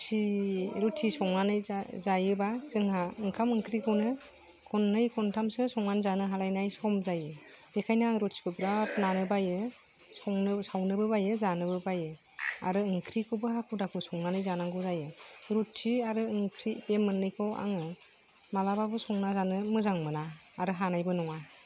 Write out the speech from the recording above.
रुथि संनानै जायोबा जोंहा ओंखाम ओंख्रिखौनो खननै खनथामसो संनानै जानो हालायनाय सम जायो बेखायनो आं रुथिखौ बिरात नानो बायो संनोबो सावनोबो बायो जानोबो बायो आरो ओंख्रिखौबो हाखु दाखु संनानै जानांगौ जायो रुथि आरो ओंख्रि बे मोननैखौ आङो मालाबाबो संना जानो मोजां मोना आरो हानायबो नङा